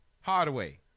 Hardaway